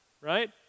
right